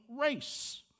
race